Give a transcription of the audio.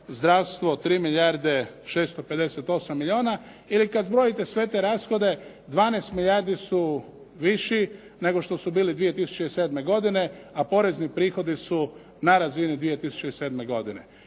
zdravstvo 3 milijarde 658 milijuna. Ili kad zbrojite sve te rashode 12 milijardi su viši nego što su bili 2007. godine a porezni prihodi su na razini 2007. godine.